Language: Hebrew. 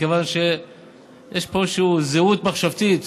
מכיוון שיש פה זהות מחשבתית,